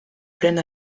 pleine